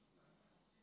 ובהווה,